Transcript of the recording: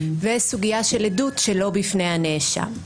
סוגייה של עדות שלא בפני הנאשם,